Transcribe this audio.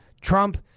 Trump